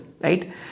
right